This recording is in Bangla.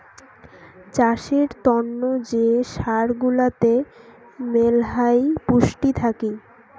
চাষের তন্ন যে সার গুলাতে মেলহাই পুষ্টি থাকি